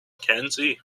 candy